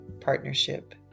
partnership